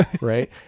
right